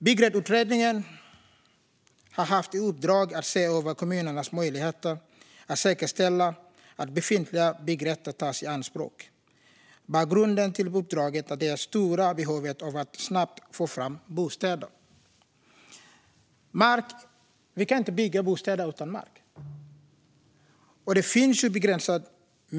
Byggrättsutredningen har haft i uppdrag att se över kommunernas möjligheter att säkerställa att befintliga byggrätter tas i anspråk. Bakgrunden till uppdraget är det stora behovet av att snabbt få fram bostäder. Vi kan inte bygga bostäder utan mark. Och mängden mark är begränsad.